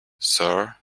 sir